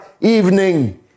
evening